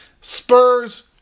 Spurs